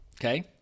okay